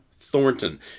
Thornton